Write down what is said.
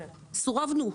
סורבנו.